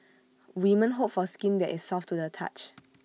women hope for skin that is soft to the touch